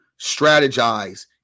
strategize